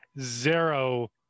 Zero